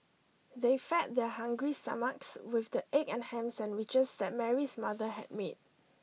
they fed their hungry stomachs with the egg and ham sandwiches that Mary's mother had made